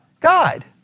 God